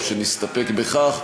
או שנסתפק בכך,